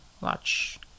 watch